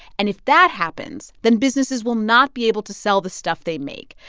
and if that happens, then businesses will not be able to sell the stuff they make.